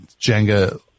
Jenga